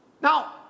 Now